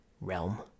realm